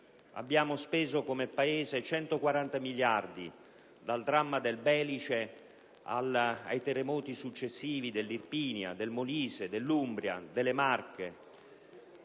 Il Paese ha speso 140 miliardi dal dramma del Belice ai terremoti successivi dell'Irpinia, del Molise, dell'Umbria, delle Marche,